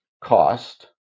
cost